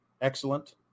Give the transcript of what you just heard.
excellent